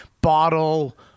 bottle